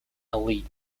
elite